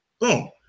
Boom